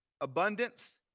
abundance